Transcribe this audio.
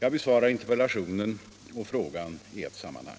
Jag besvarar interpellationen och frågan i ett sammanhang.